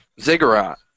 Ziggurat